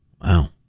Wow